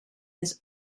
his